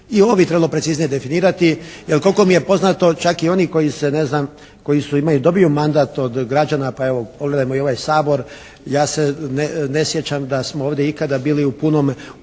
I ovo bi trebalo preciznije definirati jer koliko mi je poznato čak i oni koji su ne znam, koji dobiju mandat od građana pa evo pogledajmo i ovaj Sabor, ja se ne sjećam da smo ovdje ikada bili u punom broju